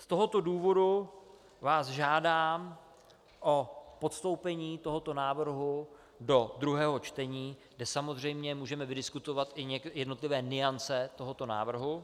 Z tohoto důvodu vás žádám o postoupení tohoto návrhu do druhého čtení, kde samozřejmě můžeme vydiskutovat i jednotlivé nuance tohoto návrhu.